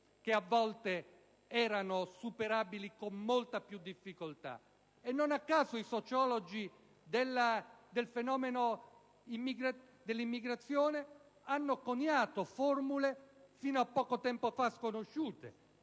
che prima erano superabili con molta più difficoltà di oggi. Non a caso i sociologi del fenomeno dell'immigrazione hanno coniato formule fino a poco tempo fa sconosciute: